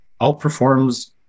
outperforms